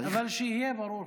אבל שיהיה ברור,